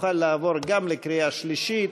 נוכל לעבור גם לקריאה שלישית.